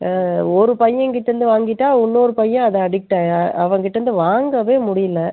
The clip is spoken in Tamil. ஒரு பையங்கிட்ட இருந்து வாங்கிட்டால் இன்னொரு பையன் அது அடிக்ட்டா அவன்கிட்ட இருந்து வாங்கவே முடியிலை